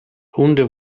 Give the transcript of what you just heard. hunde